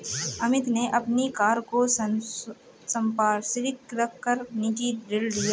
अमित ने अपनी कार को संपार्श्विक रख कर निजी ऋण लिया है